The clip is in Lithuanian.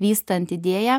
vystant idėją